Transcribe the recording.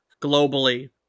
Globally